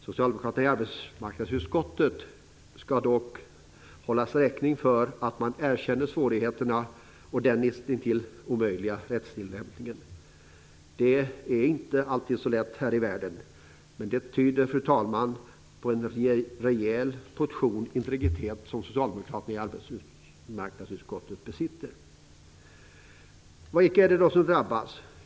Socialdemokraterna i arbetsmarknadsutskottet skall dock hållas räkning för att man erkänner svårigheterna och att rättstillämpningen är näst intill omöjlig. Det är inte alltid så lätt här i världen, men det tyder, fru talman, på att socialdemokraterna i arbetsmarknadsutskottet besitter en rejäl portion integritet. Vilka är det då som drabbas?